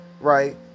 Right